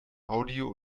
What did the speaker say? audio